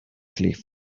cliff